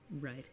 Right